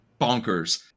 bonkers